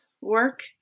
work